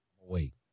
Wait